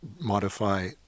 modify